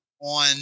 on